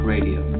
Radio